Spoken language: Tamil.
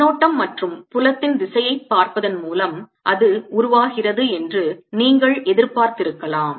மின்னோட்டம் மற்றும் புலத்தின் திசையைப் பார்ப்பதன் மூலம் அது உருவாகிறது என்று நீங்கள் எதிர்பார்த்திருக்கலாம்